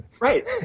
Right